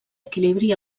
equilibri